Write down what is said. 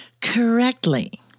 correctly